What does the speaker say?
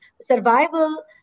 survival